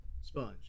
sponge